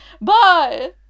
Bye